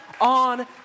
on